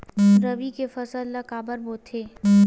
रबी के फसल ला काबर बोथे?